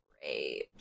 Great